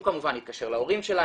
הוא כמובן התקשר להורים שלה,